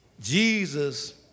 Jesus